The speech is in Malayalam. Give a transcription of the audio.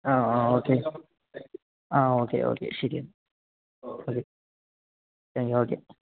ആ ആ ഓക്കേ ആ ഓക്കേ ഓക്കേ ശരി എന്നാല് ഓക്കേ താങ്ക് യൂ ഓക്കേ